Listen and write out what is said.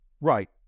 Right